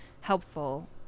helpful